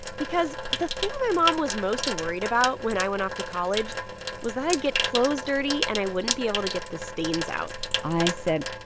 because the thing my mom was most worried about when i went off to college was that i'd get clothes dirty and i wouldn't be able to get the stains out i said,